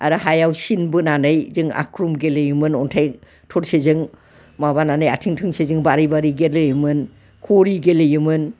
आरो हायाव सिन बोनानै जों आखुम गेलेयोमोन अन्थाइ थरसेजों माबानानै आथिं थोंसेजों बारै बारै गेलेयोमोन खरि गेलेयोमोन